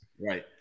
Right